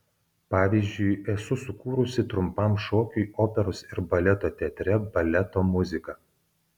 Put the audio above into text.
pavyzdžiui esu sukūrusi trumpam šokiui operos ir baleto teatre baleto muziką